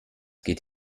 geht